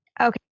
Okay